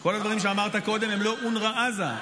כל הדברים שאמרת קודם הם לא אונר"א עזה,